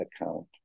account